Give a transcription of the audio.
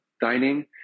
dining